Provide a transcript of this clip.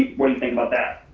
what do you think about that?